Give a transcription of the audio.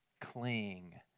cling